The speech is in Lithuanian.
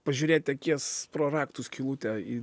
pažiūrėti akies pro raktų skylutę į